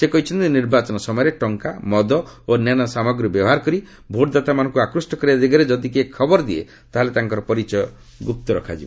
ସେ କହିଛନ୍ତି ନିର୍ବାଚନ ସମୟରେ ଟଙ୍କା ମଦ ଓ ଅନ୍ୟ ସାମଗ୍ରୀ ବ୍ୟବହାର କରି ଭୋଟଦାତାମାନଙ୍କୁ ଆକୃଷ୍ଟ କରିବା ଦିଗରେ ଯଦି କିଏ ଖବର ଦିଏ ତାହେଲେ ତାଙ୍କର ପରିଚୟ ଗୁପ୍ତ ରଖାଯିବ